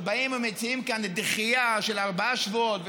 שבאים ומציעים כאן דחייה של ארבעה שבועות,